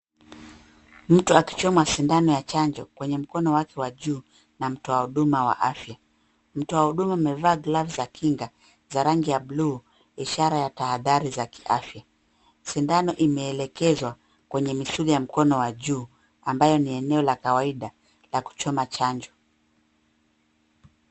Mtu akichomwa sindano ya chanjo kwenye mkono wake wa juu na mtoa wa huduma wa afya. Mtoa huduma amevaa glove kinga za rangi ya blue , ishara ya tahadhari za kiafya. Sindano imeelekezwa kwenye misuli ya mkono wa juu, ambayo ni eneo la kawaida kwa chanjo.